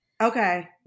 Okay